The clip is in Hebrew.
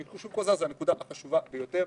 אני שוב חוזר, היא הנקודה החשובה ביותר.